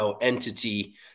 entity